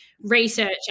research